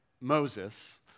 Moses